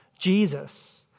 Jesus